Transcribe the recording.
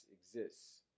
exists